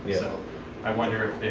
yeah so i wonder if.